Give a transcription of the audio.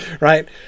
right